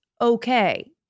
okay